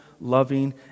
loving